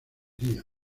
díaz